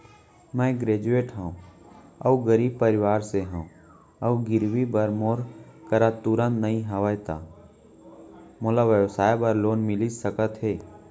मैं ग्रेजुएट हव अऊ गरीब परवार से हव अऊ गिरवी बर मोर करा तुरंत नहीं हवय त मोला व्यवसाय बर लोन मिलिस सकथे?